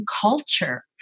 culture